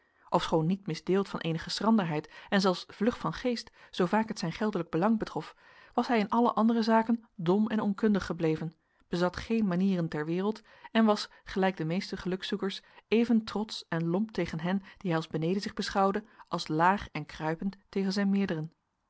ofschoon niet misdeeld van eenige schranderheid en zelfs vlug van geest zoo vaak het zijn geldelijk belang betrof was hij in alle andere zaken dom en onkundig gebleven bezat geen manieren ter wereld en was gelijk de meeste gelukzoekers even trotsch en lomp tegen hen die hij als beneden zich beschouwde als laag en kruipend tegen zijn meerderen